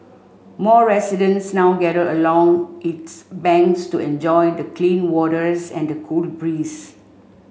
more residents now gather along its banks to enjoy the clean waters and the cold breeze